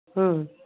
ꯎꯝ